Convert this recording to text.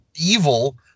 evil